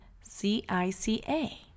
C-I-C-A